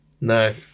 No